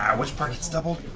which part gets doubled?